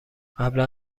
قبلا